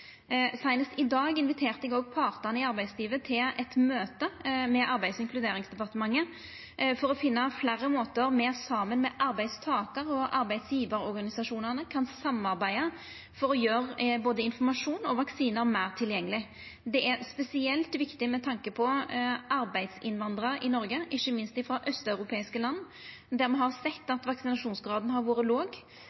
i dag inviterte eg òg partane i arbeidslivet til eit møte med Arbeids- og inkluderingsdepartementet for å finna fleire måtar me saman med arbeidstakar- og arbeidsgjevarorganisasjonane kan samarbeida for å gjera både informasjon og vaksinar meir tilgjengelege. Det er spesielt viktig med tanke på arbeidsinnvandrarar i Noreg, ikkje minst frå austeuropeiske land, der me har sett